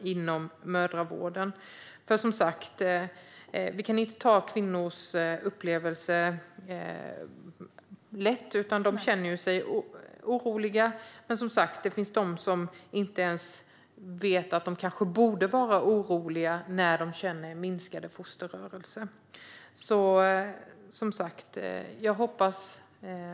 Verksamheten har nu ett kunskapsstöd. Vi kan inte ta lätt på kvinnors upplevelser. De känner sig oroliga. Men det finns de som inte ens vet att de borde vara oroliga när de känner minskade fosterrörelser. Jag hoppas